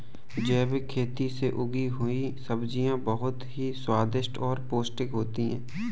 जैविक खेती से उगी हुई सब्जियां बहुत ही स्वादिष्ट और पौष्टिक होते हैं